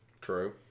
true